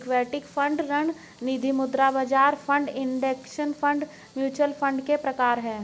equity fund ऋण निधिमुद्रा बाजार fund index fund mutual fund के प्रकार हैं